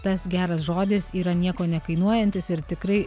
tas geras žodis yra nieko nekainuojantis ir tikrai